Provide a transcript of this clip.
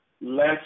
less